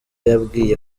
yabwiye